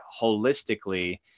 holistically